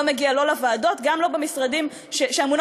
לא מגיע לוועדות וגם לא לוועדות שאמונות